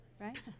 right